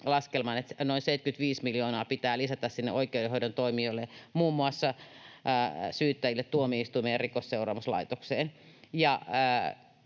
että noin 75 miljoonaa pitää lisätä sinne oikeudenhoidon toimijoille, muun muassa syyttäjille, tuomioistuimeen ja Rikosseuraamuslaitokseen.